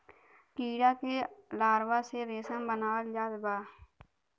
कीड़ा के लार्वा से रेशम बनावल जात बा